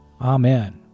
Amen